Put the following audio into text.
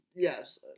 Yes